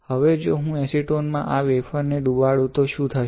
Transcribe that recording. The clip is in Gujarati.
હવે જો હુ એસીટોન માં આ વેફર ને ડુબાડુ તો શું થશે